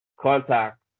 contact